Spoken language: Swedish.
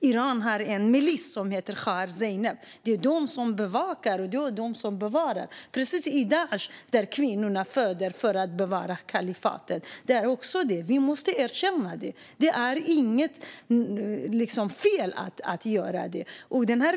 Iran har en milis som heter Khahar Zainab, och det är de som bevakar och bevarar det här, precis som i Daish där kvinnorna föder barn för att bevara kalifatet. Vi måste erkänna det, och det är inget fel att göra det.